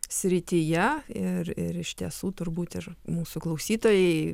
srityje ir ir iš tiesų turbūt ir mūsų klausytojai